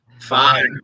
Five